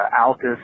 Altus